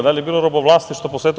Da li je bilo robovlasništva po svetu?